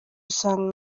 usanga